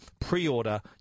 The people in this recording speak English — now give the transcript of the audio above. pre-order